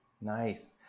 nice